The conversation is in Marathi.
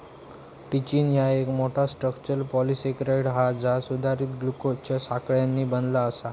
चिटिन ह्या एक मोठा, स्ट्रक्चरल पॉलिसेकेराइड हा जा सुधारित ग्लुकोजच्या साखळ्यांनी बनला आसा